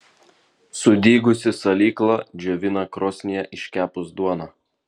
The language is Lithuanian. sudygusį salyklą džiovina krosnyje iškepus duoną